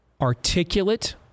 articulate